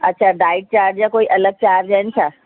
अच्छा diet chart जा कोई अलॻि चार्ज आहिनि छा